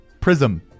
Prism